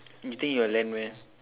you think he will lend meh